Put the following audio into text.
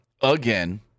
again